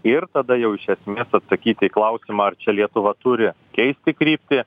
ir tada jau iš esmės atsakyti į klausimą ar čia lietuva turi keisti kryptį